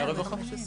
ברווחה.